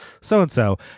so-and-so